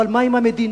אבל מה עם המדינה?